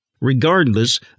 regardless